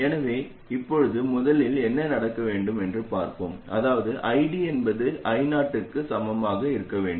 எனவே இப்போது முதலில் என்ன நடக்க வேண்டும் என்று பார்ப்போம் அதாவது ID என்பது I0 க்கு சமமாக இருக்க வேண்டும்